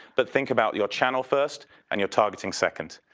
but think about your channel first and your targeting second.